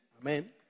Amen